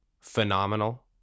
phenomenal